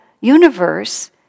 universe